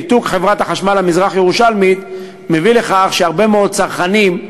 ניתוק חברת החשמל המזרח-הירושלמית מביא לכך שהרבה מאוד צרכנים,